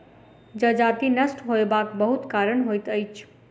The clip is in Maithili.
जजति नष्ट होयबाक बहुत कारण होइत अछि